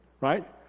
right